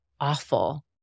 awful